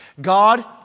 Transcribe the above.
God